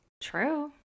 True